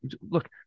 look